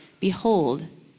Behold